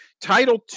Title